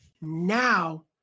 now